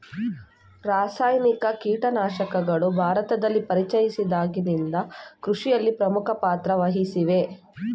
ರಾಸಾಯನಿಕ ಕೀಟನಾಶಕಗಳು ಭಾರತದಲ್ಲಿ ಪರಿಚಯಿಸಿದಾಗಿನಿಂದ ಕೃಷಿಯಲ್ಲಿ ಪ್ರಮುಖ ಪಾತ್ರ ವಹಿಸಿವೆ